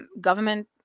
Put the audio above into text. government